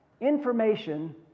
information